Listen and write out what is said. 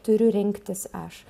turiu rinktis aš